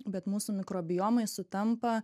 bet mūsų mikrobiomai sutampa